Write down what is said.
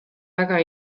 väga